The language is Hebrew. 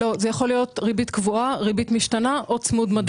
יכולה להיות ריבית קבועה, משתנה או צמוד מדד.